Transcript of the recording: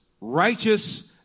righteous